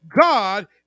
God